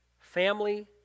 Family